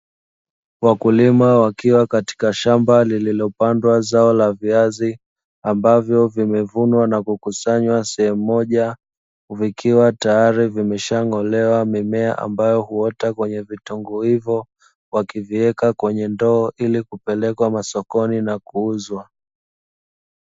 Wakulima wakiwa katika shamba lililopandwa zao la viazi, ambavyo vimevunwa na kukusanywa sehemu moja, vikiwa tayari vimeshang'olewa mimea ambayo huota kwenye vitunguu hivyo, wakiviweka kwenye ndoo ili kupelekwa masokoni na kuuzwa.